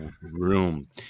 room